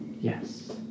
Yes